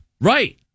Right